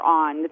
on